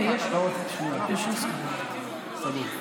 ניר,